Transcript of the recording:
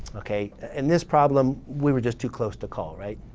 okay. in this problem we were just too close to call, right?